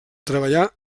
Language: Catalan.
treballar